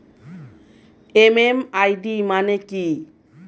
MMID মানে কি?